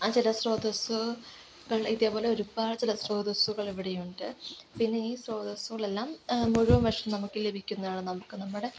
ആ ജല സ്രോതസ്സ് വെള്ളം ഇതുപോലെ ഒരുപാട് ജലസ്രോതസ്സുകൾ ഇവിടെ ഉണ്ട് പിന്നെ ഈ സ്രോതസ്സുകളെല്ലാം മുഴുവൻ വർഷം നമുക്ക് ലഭിക്കുന്നതാണ് നമുക്ക് നമ്മുടെ